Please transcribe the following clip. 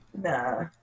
Nah